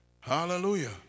Hallelujah